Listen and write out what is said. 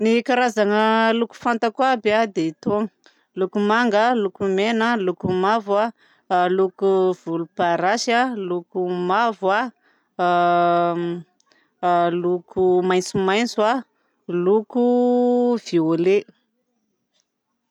Ny karazana loko fantako aby a dia togny loko manga, loko mena, loko mavo a, loko volomparasy a, loko mavo a, loko maintsomaintso a, loko violet.